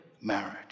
marriage